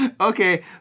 Okay